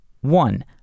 One